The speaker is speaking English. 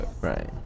Right